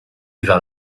vers